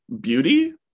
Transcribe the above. Beauty